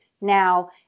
now